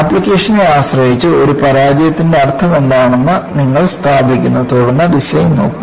ആപ്ലിക്കേഷനെ ആശ്രയിച്ച് ഒരു പരാജയത്തിന്റെ അർത്ഥമെന്താണെന്ന് നിങ്ങൾ സ്ഥാപിക്കുന്നു തുടർന്ന് ഡിസൈൻ നോക്കുക